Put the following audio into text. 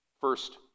first